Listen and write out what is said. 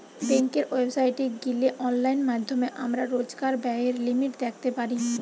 বেংকের ওয়েবসাইটে গিলে অনলাইন মাধ্যমে আমরা রোজকার ব্যায়ের লিমিট দ্যাখতে পারি